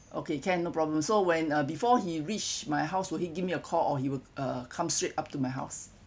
okay can no problem so when uh before he reached my house will he give me a call or he will uh come straight up to my house